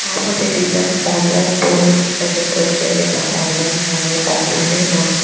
हांव म्हजे design online पळोवन अशे चडशें घेता ऑनलायन म्हणुया ऑफलायनय म्हण